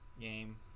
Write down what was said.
game